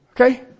Okay